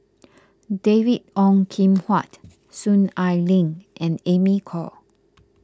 David Ong Kim Huat Soon Ai Ling and Amy Khor